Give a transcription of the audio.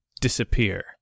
disappear